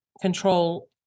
control